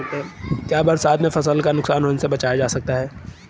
क्या बरसात में फसल को नुकसान होने से बचाया जा सकता है?